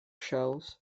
shells